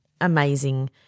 amazing